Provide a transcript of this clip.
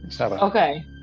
Okay